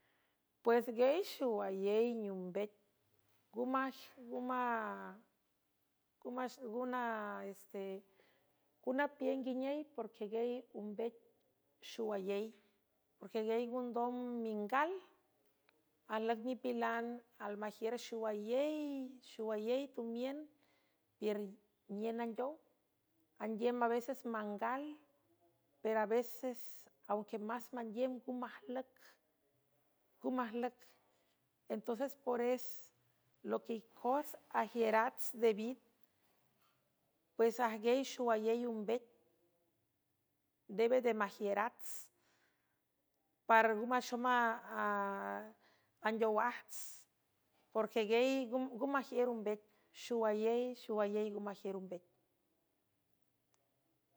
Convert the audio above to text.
Pues guiey xowayey niumbec gunse guna pien nguiney porqueguiey umbec xuwayey porqueguiey ngondom mingal ajlüc nipilan almajiür xuwayey tumiün piürníen andeow andiem a veces mangal per a eces aque más mandiüm nga majlüc entonces por es loquicots agiürats devid pues ajgiey xowayey umbec debe de majiürats par ngu maxoma andow ajts porqueey nga majiür umbec xuwayey xowayey ng majiür umbec.